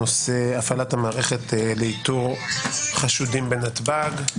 על סדר-היום: הפעלת המערכת לאיתור חשודים בנתב"ג.